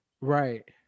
Right